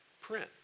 print